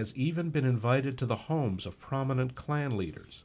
has even been invited to the homes of prominent clan leaders